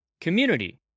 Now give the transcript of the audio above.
Community